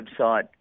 website